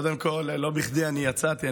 קודם כול, לא בכדי אני יצאתי.